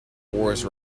wars